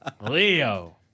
Leo